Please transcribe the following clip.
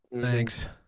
Thanks